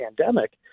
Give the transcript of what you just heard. pandemic